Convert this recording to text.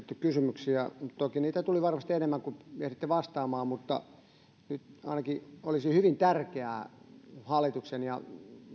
kysymyksiä toki niitä tuli varmasti enemmän kuin ehditte vastaamaan mutta ainakin olisi hyvin tärkeää hallituksen ja